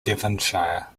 devonshire